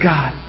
God